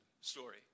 story